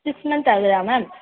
six month ஆகுதா ma'am